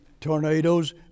tornadoes